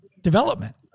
development